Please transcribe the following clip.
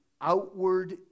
outward